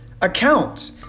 account